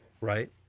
Right